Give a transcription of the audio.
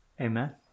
Amen